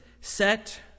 set